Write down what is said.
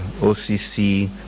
occ